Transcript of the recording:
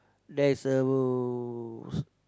there's a